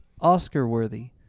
Oscar-worthy